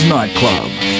Nightclub